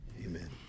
Amen